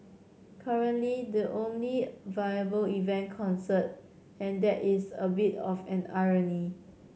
currently the only viable event concerts and that is a bit of an irony